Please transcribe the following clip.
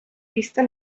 vista